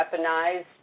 weaponized